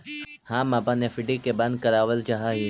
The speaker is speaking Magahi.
हम अपन एफ.डी के बंद करावल चाह ही